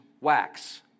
wax